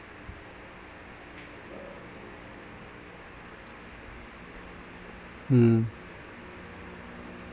mm